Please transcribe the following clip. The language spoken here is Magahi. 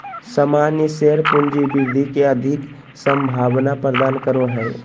सामान्य शेयर पूँजी वृद्धि के अधिक संभावना प्रदान करो हय